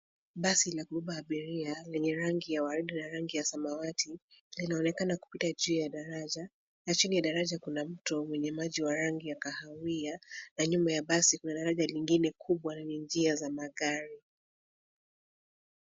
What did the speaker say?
Basi la kubeba abiria lenye rangi ya waridi na rangi ya samawati linaonekana kupita juu ya daraja, na chini ya daraja kuna mto wenye maji ya rangi ya kahawia na nyuma ya basi kuna daraja lingine kubwa lenye njia za magari.